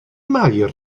mair